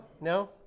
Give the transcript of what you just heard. No